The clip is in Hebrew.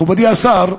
מכובדי השר,